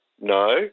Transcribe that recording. no